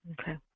Okay